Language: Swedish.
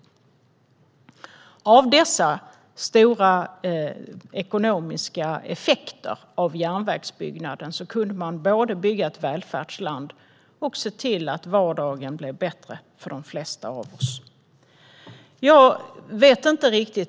Tack vare dessa stora ekonomiska effekter av järnvägsbyggnaden kunde man både bygga ett välfärdsland och se till att vardagen blev bättre för de flesta av oss.